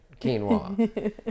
quinoa